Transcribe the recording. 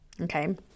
Okay